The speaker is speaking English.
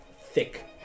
thick